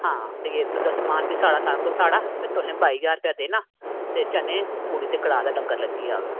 ते आं जेकर समान बी तुंदा साढ़ा असेंगी बाई ज्हार रपेआ देना ते चने पूड़ी कड़ाह् दा लंगर लग्गी जाह्ग